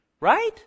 Right